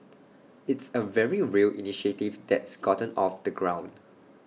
it's A very real initiative that's gotten off the ground